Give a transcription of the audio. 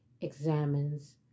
examines